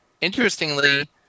Interestingly